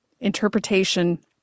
interpretation